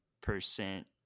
percent